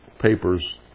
papers